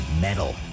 metal